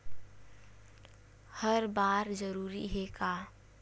हर बार जरूरी हे का?